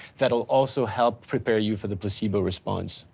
that will also help prepare you for the placebo response.